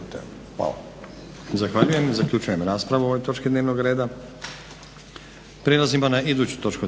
hvala.